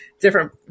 different